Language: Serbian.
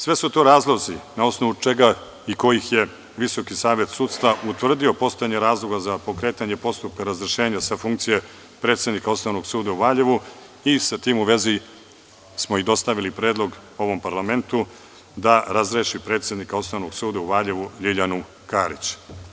Sve su to razlozi na osnovu kojih je VSS utvrdio postojanje razloga za pokretanje postupka razrešenja sa funkcije predsednika Osnovnog suda u Valjevu, i sa tim u vezi smo i dostavili predlog ovom parlamentu da razreši predsednika Osnovnog suda u Valjevu, Ljiljanu Karić.